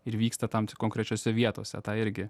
ir vyksta tam tik konkrečiose vietose tą irgi